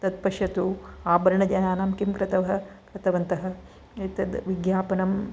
तत् पश्यतु आभरणजनाः किं कृतवन्तः एतत् विज्ञापनम्